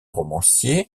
romancier